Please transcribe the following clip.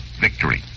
victory